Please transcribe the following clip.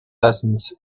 lessons